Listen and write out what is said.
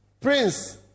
Prince